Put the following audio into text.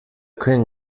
können